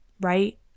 right